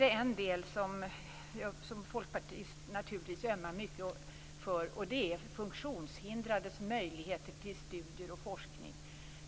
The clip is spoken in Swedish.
Något som jag som folkpartist naturligtvis ömmar mycket för är de funktionshindrades möjligheter till studier och forskning.